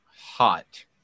hot